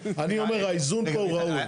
אני אומר, האיזון פה הוא ראוי.